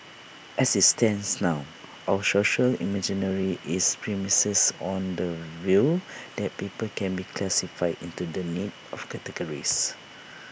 as IT stands now our social imaginary is premised on the view that people can be classified into the neat of categories